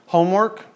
Homework